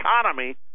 economy